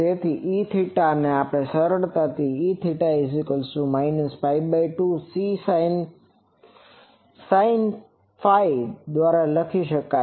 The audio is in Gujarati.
તેથી Eθ ને સરળતાથી Eθ π2 C sin ∅ દ્વારા લખી શકાય છે